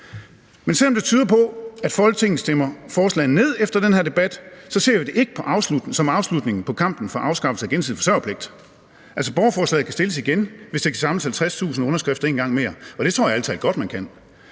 Men selv om det tyder på, at Folketinget stemmer forslaget ned efter den her debat, ser jeg det ikke som afslutningen på kampen for afskaffelse af gensidig forsørgerpligt. Altså, borgerforslaget kan fremsættes igen, hvis der kan samles 50.000 underskrifter en gang mere. Og det tror jeg ærlig talt godt man kan.